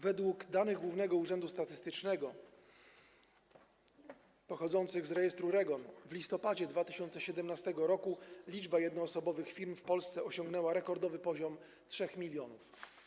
Według danych Głównego Urzędu Statystycznego, pochodzących z rejestru REGON, w listopadzie 2017 r. liczba jednoosobowych firm w Polsce osiągnęła rekordowy poziom 3 mln.